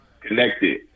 connected